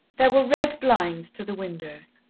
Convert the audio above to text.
there were red blinds to the windows.